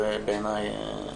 זו, בעיניי,